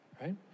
right